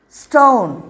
stone